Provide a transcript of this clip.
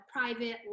private